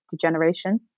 degeneration